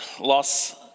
loss